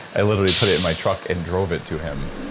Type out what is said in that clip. i literally put it in my truck and drove it to him.